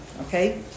Okay